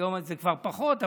היום זה כבר פחות,